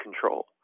control